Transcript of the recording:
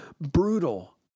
brutal